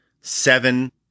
Seven